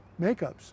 makeups